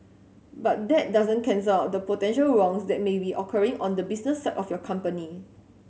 but that doesn't cancel out the potential wrongs that may be occurring on the business of your company